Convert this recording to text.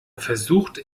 versucht